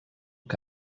que